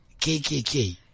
KKK